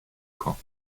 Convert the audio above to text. caen